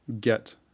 Get